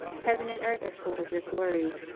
heaven and earth are full of your glory.